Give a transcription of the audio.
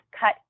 cut